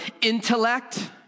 intellect